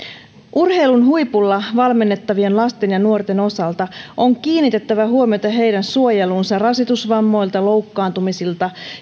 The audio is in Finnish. urheilun huipulla valmennettavien lasten ja nuorten osalta on kiinnitettävä huomiota heidän suojeluunsa rasitusvammoilta loukkaantumisilta